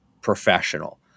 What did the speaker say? professional